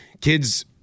kids